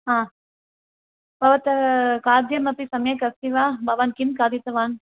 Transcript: हा भवतः खाद्यमपि सम्यक् अस्ति वा भवान् किं खादितवान्